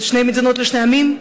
שתי מדינות לשני עמים?